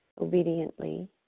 obediently